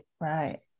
right